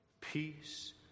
Peace